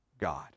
God